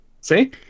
See